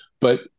But-